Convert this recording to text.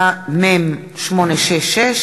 מוועדת הכלכלה לוועדת העבודה,